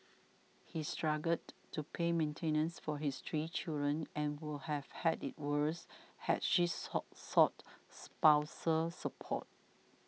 he struggled to pay maintenance for his three children and would have had it worse had she sought spousal support